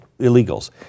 illegals